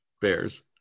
Bears